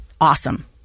awesome